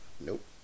Nope